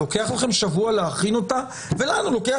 לוקח לכם שבוע להכין אותה ולנו לוקח